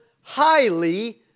highly